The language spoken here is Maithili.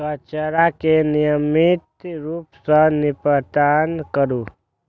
कचरा के नियमित रूप सं निपटान करू